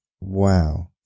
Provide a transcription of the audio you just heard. Wow